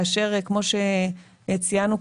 כמו שציינו קודם,